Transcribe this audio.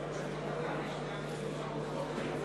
מי נגד?